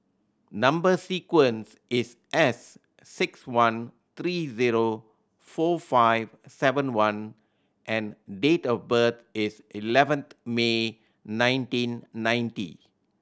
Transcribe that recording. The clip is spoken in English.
number sequence is S six one three zero four five seven one and date of birth is eleventh May nineteen ninety